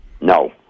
no